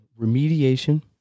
remediation